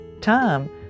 time